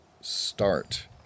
start